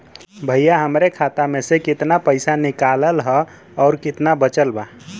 भईया हमरे खाता मे से कितना पइसा निकालल ह अउर कितना बचल बा?